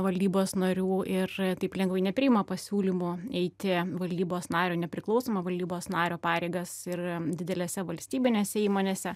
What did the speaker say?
valdybos narių ir taip lengvai nepriima pasiūlymo eiti valdybos nario nepriklausomo valdybos nario pareigas ir didelėse valstybinėse įmonėse